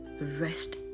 Rest